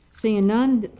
seeing none,